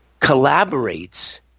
collaborates